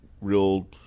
real